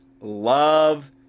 love